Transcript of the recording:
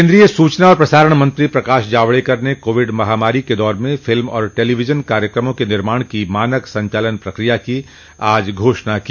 केन्द्रीय सूचना और प्रसारण मंत्री प्रकाश जावड़ेकर ने कोविड महामारी के दौर में फिल्म और टेलीविजन कार्यक्रमों के निर्माण की मानक संचालन प्रक्रिया की आज घोषणा की